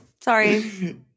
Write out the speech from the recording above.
Sorry